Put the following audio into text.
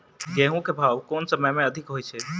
गेंहूँ केँ भाउ केँ समय मे अधिक होइ छै?